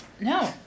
No